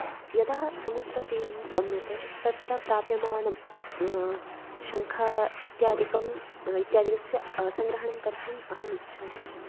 यदा समुद्रतीरं गम्यते तत्र प्राप्यमानं शङ्ख इत्यादिकम् इत्यादिकस्य सङ्ग्रहणं कर्तुम् अहम् इच्छामि